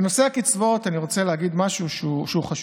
בנושא הקצבאות אני רוצה להגיד משהו חשוב.